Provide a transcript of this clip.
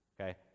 Okay